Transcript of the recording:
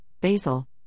basil